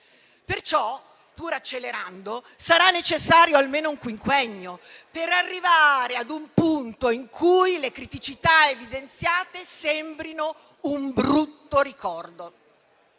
Perciò, pur accelerando, sarà necessario almeno un quinquennio per arrivare ad un punto in cui le criticità evidenziate sembrino un brutto ricordo.